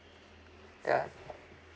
ya